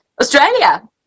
Australia